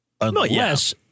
Unless-